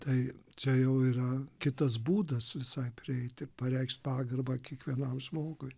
tai čia jau yra kitas būdas visai prieiti pareikšt pagarbą kiekvienam žmogui